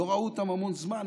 לא ראו אותם המון זמן,